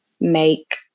make